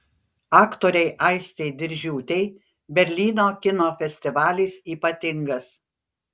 aktorei aistei diržiūtei berlyno kino festivalis ypatingas